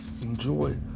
Enjoy